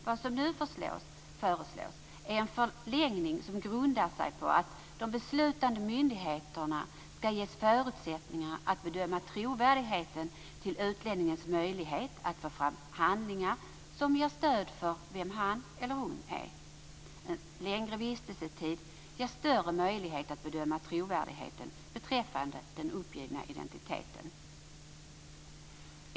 Vad som nu föreslås är en förlängning som grundar sig på att de beslutande myndigheterna skall ges förutsättningar att bedöma trovärdigheten i utlänningens möjlighet att få fram handlingar som stöder vem han eller hon är. En längre vistelsetid ger större möjlighet att bedöma trovärdigheten beträffande den uppgivna identiteten.